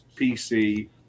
PC